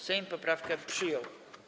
Sejm poprawkę przyjął.